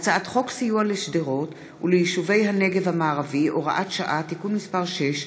הצעת חוק סיוע לשדרות וליישובי הנגב המערבי (הוראת שעה) (תיקון מס' 6)